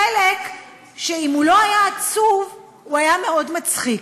חלק שאם הוא לא היה עצוב הוא היה מאוד מצחיק.